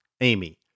Amy